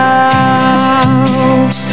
out